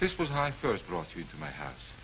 this was hi first brought you to my house